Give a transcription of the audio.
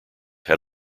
had